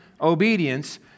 Obedience